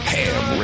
Ham